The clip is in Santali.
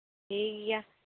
ᱴᱷᱤᱠᱜᱮᱭᱟ